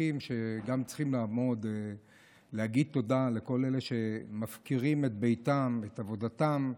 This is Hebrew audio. שגם צריכים לעמוד ולהגיד תודה לכל אלה שמפקירים את ביתם ואת עבודתם,